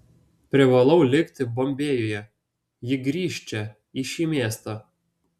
privalau likti bombėjuje ji grįš čia į šį miestą